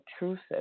intrusive